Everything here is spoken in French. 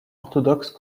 orthodoxe